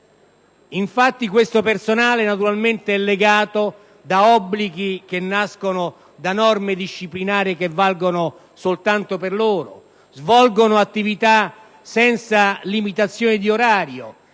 Infatti, questo personale è legato da obblighi che nascono da norme disciplinari che valgono soltanto per loro, svolge attività senza limitazioni di orario